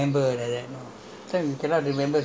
cannot lah this is not something that you